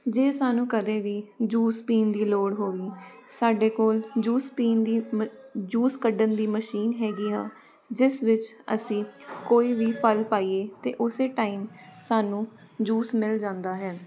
ਜੇ ਸਾਨੂੰ ਕਦੇ ਵੀ ਜੂਸ ਪੀਣ ਦੀ ਲੋੜ ਹੋਈ ਸਾਡੇ ਕੋਲ ਜੂਸ ਪੀਣ ਦੀ ਮ ਜੂਸ ਕੱਢਣ ਦੀ ਮਸ਼ੀਨ ਹੈਗੀ ਆ ਜਿਸ ਵਿੱਚ ਅਸੀਂ ਕੋਈ ਵੀ ਫਲ ਪਾਈਏ ਅਤੇ ਉਸ ਟਾਈਮ ਸਾਨੂੰ ਜੂਸ ਮਿਲ ਜਾਂਦਾ ਹੈ